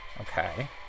Okay